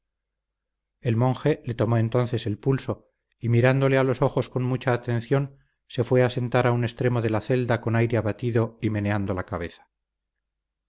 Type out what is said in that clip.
el monje le tomó entonces el pulso y mirándole a los ojos con mucha atención se fue a sentar a un extremo de la celda con aire abatido y meneando la cabeza